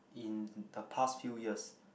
in the past few years